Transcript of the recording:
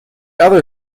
other